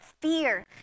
fear